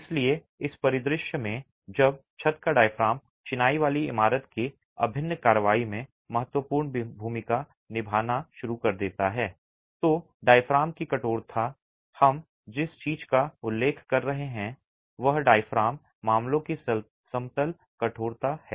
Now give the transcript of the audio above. इसलिए इस परिदृश्य में जब छत का डायाफ्राम चिनाई वाली इमारत की अभिन्न कार्रवाई में महत्वपूर्ण भूमिका निभाना शुरू कर देता है तो डायाफ्राम की कठोरता हम जिस चीज का उल्लेख कर रहे हैं वह डायाफ्राम मामलों की समतल कठोरता है